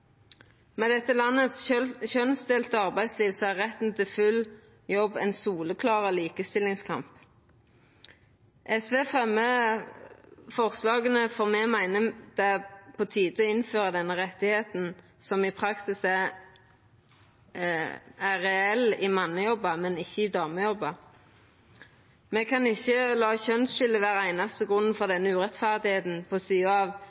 Med det kjønnsdelte arbeidslivet me har i dette landet, er retten til full jobb ein soleklar likestillingskamp. SV fremjar forslaga fordi me meiner det er på tide å innføra denne retten, som i praksis er reell i mannejobbar, men ikkje i damejobbar. Me kan ikkje la kjønnsskiljet vera den einaste grunnen til denne urettferda, på sida av